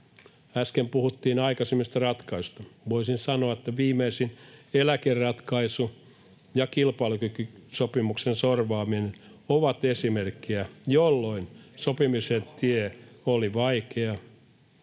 Äsken puhuttiin aikaisemmista ratkaisuista. Voisin sanoa, että viimeisin eläkeratkaisu ja kilpailukykysopimuksen sorvaaminen ovat esimerkkejä, jolloin sopimisen tie oli vaikea.